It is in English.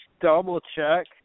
double-check